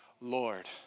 Lord